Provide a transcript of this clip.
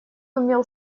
умел